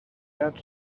and